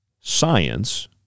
science